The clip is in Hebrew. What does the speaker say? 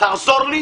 עזור לי